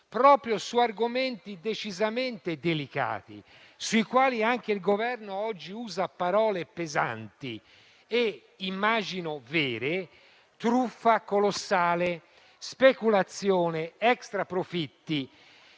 proprio su argomenti decisamente delicati sui quali anche il Governo oggi usa parole pesanti e immagino vere, come "truffa colossale", "speculazione" ed "extraprofitti",